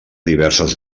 diverses